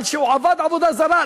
על שהוא עבד עבודה זרה,